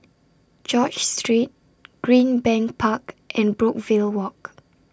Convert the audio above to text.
George Street Greenbank Park and Brookvale Walk